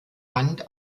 band